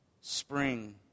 spring